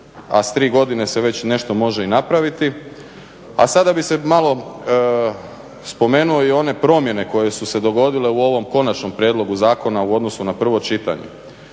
a s tri godine se već nešto može i napraviti. A sada bih malo spomenuo i one promjene koje su se dogodile u ovom konačnom prijedlogu zakona u odnosu na prvo čitanje.